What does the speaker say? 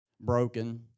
broken